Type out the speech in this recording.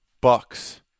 Bucks